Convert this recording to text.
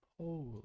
Holy